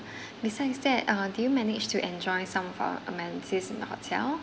besides that uh did you manage to enjoy some of our amenities in the hotel